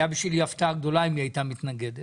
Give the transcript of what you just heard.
הייתה בשבילי הפתעה גדולה אם היא הייתה מתנגדת